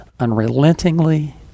unrelentingly